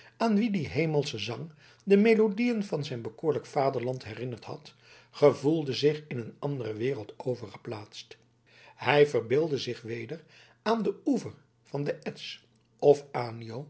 aan wien die hemelsche zang de melodieën van zijn bekoorlijk vaderland herinnerd had gevoelde zich in een andere wereld overgeplaatst hij verbeeldde zich weder aan den oever van de etsch of